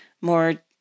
more